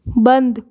बंद